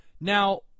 Now